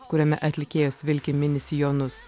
kuriame atlikėjos vilki mini sijonus